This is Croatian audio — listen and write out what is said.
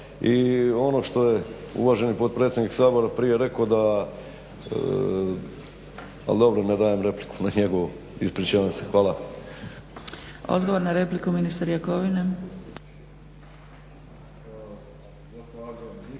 I ono što je uvaženi potpredsjednik Sabora prije rekao da, ali dobro, ne dajem repliku na njegovo, ispričavam se. Hvala. **Zgrebec, Dragica (SDP)** Odgovor na repliku, ministar Jakovina.